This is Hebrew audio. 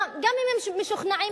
גם אם הם משוכנעים,